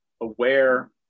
aware